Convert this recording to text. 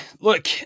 look